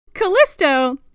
Callisto